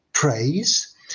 praise